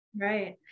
Right